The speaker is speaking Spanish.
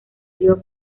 río